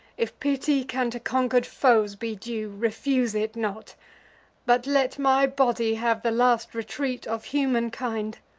if pity can to conquer'd foes be due refuse it not but let my body have the last retreat of humankind,